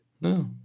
No